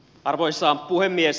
arvoisa puhemies